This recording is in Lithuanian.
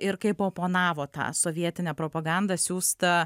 ir kaip oponavo tą sovietinę propagandą siųstą